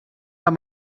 amb